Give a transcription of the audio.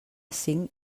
cinc